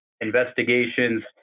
investigations